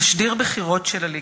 תשדיר בחירות של הליכוד.